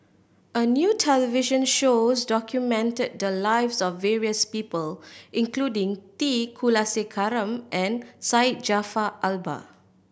a new television show documented the lives of various people including T Kulasekaram and Syed Jaafar Albar